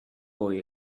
boy